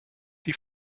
die